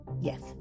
yes